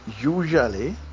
usually